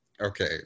okay